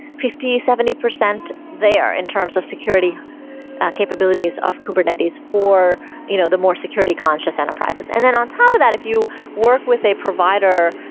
fifty, seventy percent there in terms of security capabilities of kubernetes for you know the more security conscious enterprises. and then on top of that, if you work with a provider,